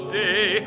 day